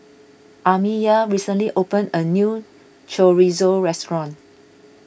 Amiya recently opened a new Chorizo restaurant